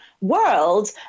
world